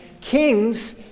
kings